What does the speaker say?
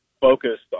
focused